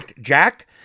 Jack